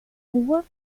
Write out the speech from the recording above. rua